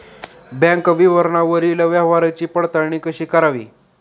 Bank विवरणावरील व्यवहाराची पडताळणी कशी करावी?